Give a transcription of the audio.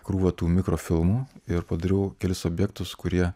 krūvą tų mikrofilmų ir padariau kelis objektus kurie